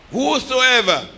Whosoever